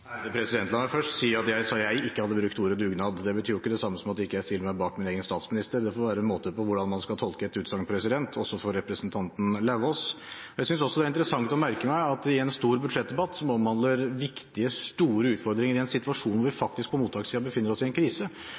La meg først si at jeg sa at jeg ikke hadde brukt ordet «dugnad». Det betyr ikke det samme som at jeg ikke stiller meg bak min egen statsminister. Det får være måte på hvordan man skal tolke et utsagn, også for representanten Lauvås. Jeg synes også det er interessant å merke meg at i en stor budsjettdebatt som omhandler viktige, store utfordringer i en situasjon hvor vi faktisk på mottakssiden befinner oss i en krise,